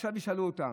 ועכשיו ישאלו אותן.